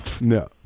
no